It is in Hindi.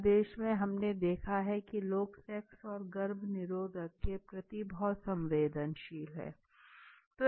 हमारे देश में हमने देखा है कि लोग सेक्स और गर्भ निरोधकों के प्रति बहुत संवेदनशील हैं